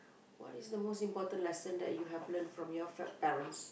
what is the most important lesson that you have learnt from your fa~ parents